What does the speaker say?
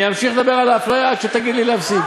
אני אמשיך לדבר על האפליה עד שתגיד לי להפסיק.